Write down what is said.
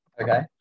okay